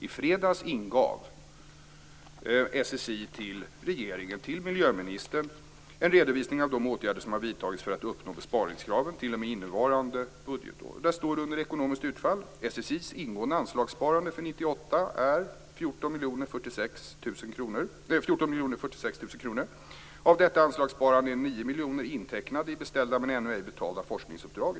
I fredags ingav SSI till regeringen, till miljöministern, en redovisning av de åtgärder som har vidtagits för att uppnå besparingskraven t.o.m. innevarande budgetår. Där står det under ekonomiskt utfall: SSI:s ingående anslagssparande för 1998 är 14 046 000 kr. Av detta anslagssparande är 9 miljoner intecknade i beställda men ännu ej betalda forskningsuppdrag.